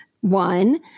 one